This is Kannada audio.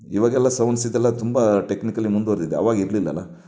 ಇವಾಗೆಲ್ಲ ಸೌಂಡ್ಸಿದೆಲ್ಲ ತುಂಬ ಟೆಕ್ನಿಕಲಿ ಮುಂದುವರೆದಿದೆ ಆವಾಗ ಇರಲಿಲ್ಲಲ್ಲ